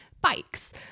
bikes